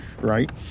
right